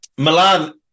Milan